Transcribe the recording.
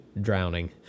drowning